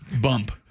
Bump